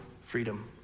freedom